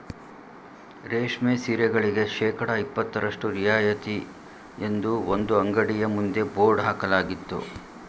ರೇಷ್ಮೆ ಸೀರೆಗಳಿಗೆ ಶೇಕಡಾ ಇಪತ್ತರಷ್ಟು ರಿಯಾಯಿತಿ ಎಂದು ಒಂದು ಅಂಗಡಿಯ ಮುಂದೆ ಬೋರ್ಡ್ ಹಾಕಲಾಗಿತ್ತು